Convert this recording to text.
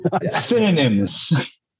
Synonyms